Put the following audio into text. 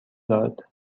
داد